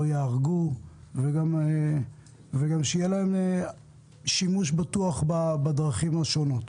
לא ייהרגו ושיוכלו להשתמש בבטחה בדרכים השונות.